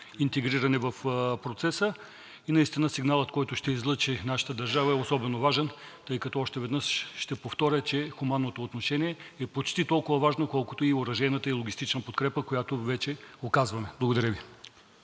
интегриране в процеса. Наистина сигналът, който ще излъчи нашата държава, е особено важен, тъй като, още веднъж ще повторя, че хуманното отношение е почти толкова важно, колкото и оръжейната и логистична подкрепя, която вече оказваме. Благодаря Ви.